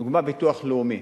לדוגמה, הביטוח הלאומי.